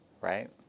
right